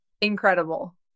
incredible